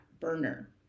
burner